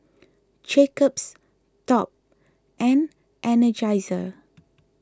Jacob's Top and Energizer